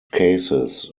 cases